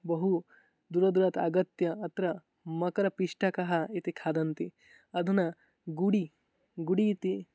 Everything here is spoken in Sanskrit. बहु दूरदूरात् आगत्य अत्र मकरपिश्टकः इति खादन्ति अधुना गूडि गूडि इति